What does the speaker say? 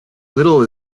little